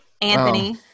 Anthony